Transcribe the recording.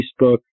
Facebook